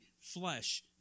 flesh